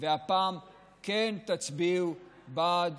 והפעם כן תצביעו בעד